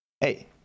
Hey